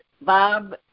Bob